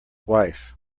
wife